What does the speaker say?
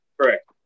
Correct